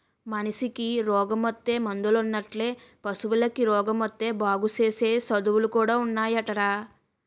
మనిసికి రోగమొత్తే మందులున్నట్లే పశువులకి రోగమొత్తే బాగుసేసే సదువులు కూడా ఉన్నాయటరా